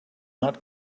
not